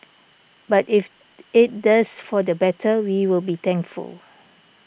but if it does for the better we will be thankful